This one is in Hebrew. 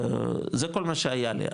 זה כל מה שהיה לי,